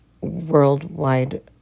worldwide